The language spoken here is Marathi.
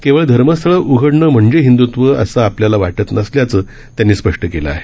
केवळ धर्मस्थळं उघडणं म्हणजे हिंदुत्व असं आपल्याला वाटत नसल्याचं त्यांनी स्पष्ट केलं आहे